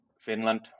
Finland